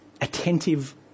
Attentive